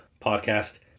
podcast